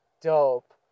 Dope